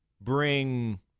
bring